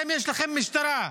יש לכם משטרה,